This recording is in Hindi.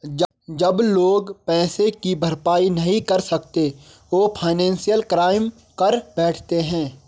जब लोग पैसे की भरपाई नहीं कर सकते वो फाइनेंशियल क्राइम कर बैठते है